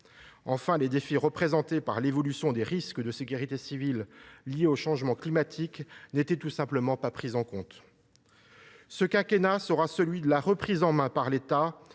Enfin, les défis représentés par l’évolution des risques liés à sécurité civile liés au changement climatique n’étaient tout simplement pas pris en compte. Ce quinquennat sera celui de la reprise en main par l’État